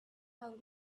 how